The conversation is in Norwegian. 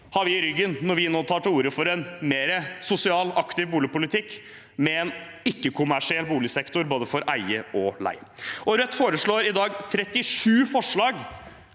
har vi i ryggen, når vi nå tar til orde for en mer sosial og aktiv boligpolitikk med en ikke-kommersiell boligsektor for både eie og leie. Rødt fremmer her i dag 37 forslag